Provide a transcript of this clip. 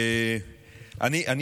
כל מילה.